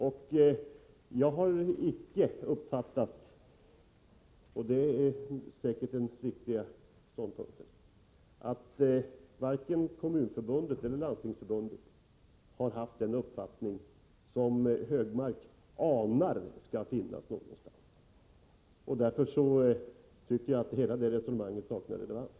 Jag har icke uppfattat — och det är säkert den riktiga ståndpunkten — att vare sig Kommunförbundet eller Landstingsförbundet har haft den uppfattning som Högmark anar skall finnas någonstans. Därför tycker jag att hela det resonemanget saknar relevans.